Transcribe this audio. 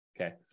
Okay